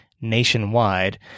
nationwide